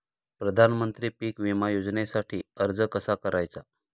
प्रधानमंत्री पीक विमा योजनेसाठी अर्ज कसा करायचा?